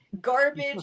garbage